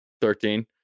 Thirteen